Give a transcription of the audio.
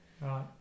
Right